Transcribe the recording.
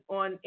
on